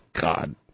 god